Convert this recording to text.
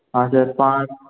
हाँ सर पाँच